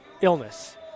illness